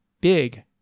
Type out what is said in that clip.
big